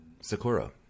sakura